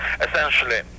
Essentially